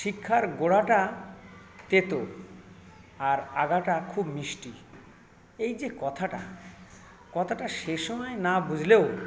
শিক্ষার গোড়াটা তেতো আর আগাটা খুব মিষ্টি এই যে কথাটা কথাটা সে সময় না বুঝলেও